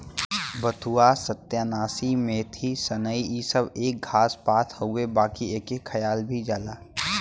बथुआ, सत्यानाशी, मेथी, सनइ इ सब एक घास पात हउवे बाकि एके खायल भी जाला